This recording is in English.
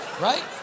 Right